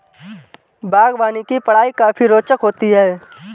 बागवानी की पढ़ाई काफी रोचक होती है